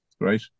Great